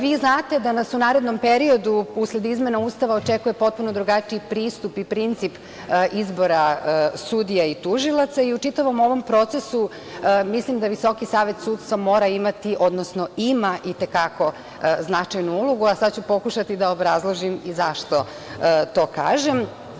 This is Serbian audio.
Vi znate da nas u narednom periodu usled izmena Ustava očekuje potpuno drugačiji pristup i princip izbora sudija i tužioca i u čitavom ovom procesu mislim da Visoki savet sudstva mora imati, odnosno ima i te kako značajnu ulogu, a sad ću pokušati da obrazložim i zašto to kažem.